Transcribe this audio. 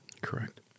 Correct